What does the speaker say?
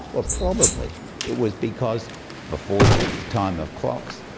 or probably it was because before the time of clocks,